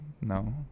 No